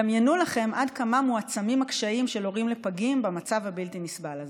דמיינו לכם עד כמה מועצמים הקשיים של הורים לפגים במצב הבלתי-נסבל הזה.